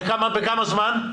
בכמה זמן?